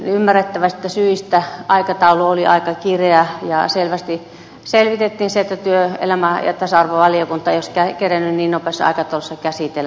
ymmärrettävistä syistä aikataulu oli aika kireä ja selvitettiin se että työelämä ja tasa arvovaliokunta ei olisi sitä asiaa niin nopeassa aikataulussa kerennyt käsitellä